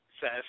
says